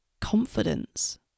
confidence